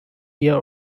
year